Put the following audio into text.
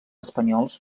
espanyols